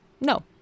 no